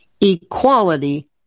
Equality